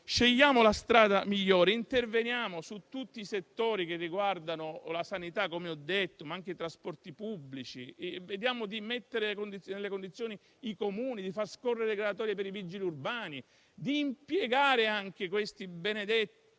scegliamo la strada migliore e interveniamo su tutti i settori che riguardano la sanità, come ho detto, ma anche i trasporti pubblici e mettiamo i Comuni nelle condizioni di far scorrere le graduatorie per i vigili urbani e di impiegare le ragazze e i